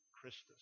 Christus